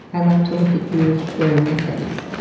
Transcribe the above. i like to look at you wearing the things.